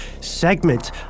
segment